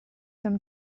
them